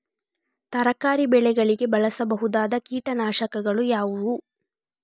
ತರಕಾರಿ ಬೆಳೆಗಳಿಗೆ ಬಳಸಬಹುದಾದ ಕೀಟನಾಶಕಗಳು ಯಾವುವು?